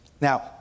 Now